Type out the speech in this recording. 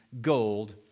gold